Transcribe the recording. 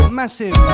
massive